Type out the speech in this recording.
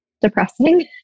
depressing